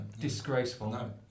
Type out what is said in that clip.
Disgraceful